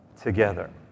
together